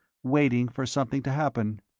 waiting, for something to happen.